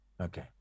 Okay